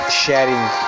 sharing